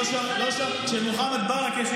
כשמוחמד ברכה,